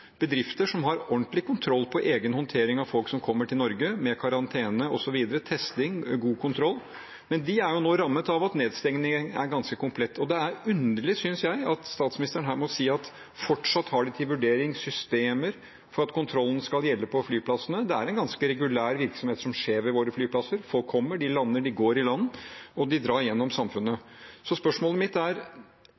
bedrifter som har ordentlig kontroll på egen håndtering av folk som kommer til Norge, med karantene, med testing, og har god kontroll, men de er nå rammet av at nedstengingen er ganske komplett. Jeg synes det er underlig at statsministeren her må si at de fortsatt har til vurdering systemer for at kontrollen skal gjelde på flyplassene. Det er en ganske regulær virksomhet som skjer ved våre flyplasser. Folk kommer, de lander, de går i land, og de drar gjennom samfunnet.